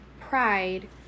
Pride